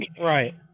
Right